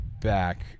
back